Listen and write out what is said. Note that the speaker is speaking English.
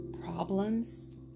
problems